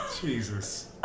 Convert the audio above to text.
Jesus